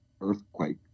earthquake